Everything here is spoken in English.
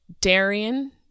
Darian